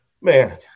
man